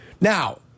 now